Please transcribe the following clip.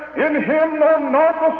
in him no north